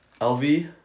LV